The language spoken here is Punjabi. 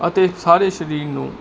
ਅਤੇ ਸਾਰੇ ਸਰੀਰ ਨੂੰ